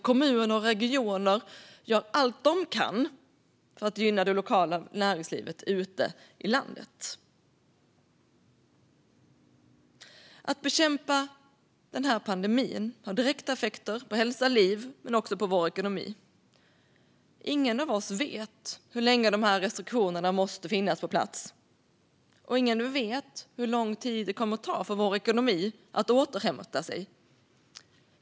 Kommuner och regioner gör allt de kan för att gynna det lokala näringslivet ute i landet. Att bekämpa pandemin har direkta effekter på hälsa, liv och ekonomi. Ingen av oss vet hur länge de här restriktionerna måste finnas på plats. Ingen vet hur lång tid det kommer att ta för vår ekonomi att återhämta sig.